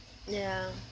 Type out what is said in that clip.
ya